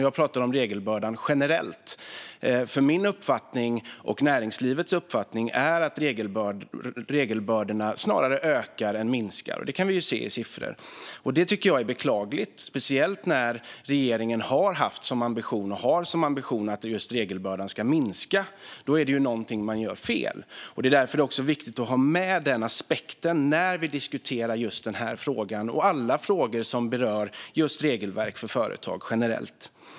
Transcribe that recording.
Jag pratar om regelbördan generellt. Min, och näringslivets, uppfattning är att regelbördorna snarare ökar än minskar - det kan vi ju se i siffror. Jag tycker att detta är beklagligt, speciellt när regeringen har haft - och har - som ambition att regelbördan ska minska. Då gör man ju någonting fel. Därför är det viktigt att ha med denna aspekt när vi diskuterar den här frågan och alla frågor som berör regelverk för företag generellt.